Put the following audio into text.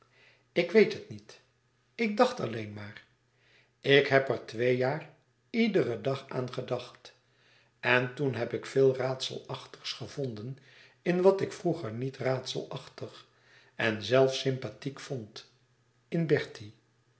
ik weet het niet ik dacht alleen maar ik heb er twee jaar iederen dag aan gedacht en toen heb ik veel raadselachtigs gevonden in wat ik vroeger niet raadselachtig en zelfs sympathiek vond in bertie